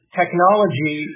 technology